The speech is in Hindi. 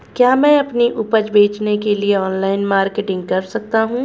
क्या मैं अपनी उपज बेचने के लिए ऑनलाइन मार्केटिंग कर सकता हूँ?